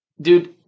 dude